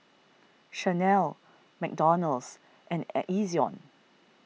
Chanel McDonald's and Ezion